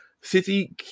City